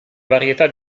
varietà